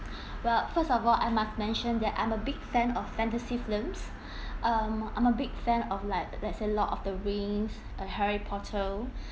well first of all I must mention that I'm a big fan of fantasy films um I'm a big fan of like there's a lord of the rings uh harry potter